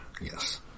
Yes